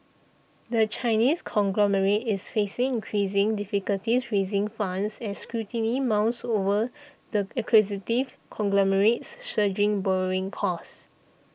the Chinese conglomerate is facing increasing difficulties raising funds as scrutiny mounts over the acquisitive conglomerate's surging borrowing costs